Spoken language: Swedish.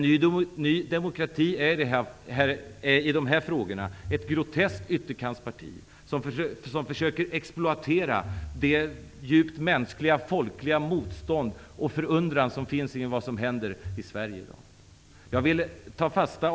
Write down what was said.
Ny demokrati är i dessa frågor ett groteskt ytterkantsparti som försöker exploatera det djupt mänskliga folkliga motstånd och den förundran som finns inför vad som händer i Sverige i dag. Herr talman!